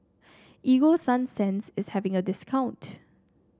Ego Sunsense is having a discount